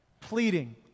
Pleading